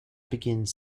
begins